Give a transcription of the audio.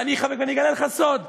ואני גם אגלה לך סוד,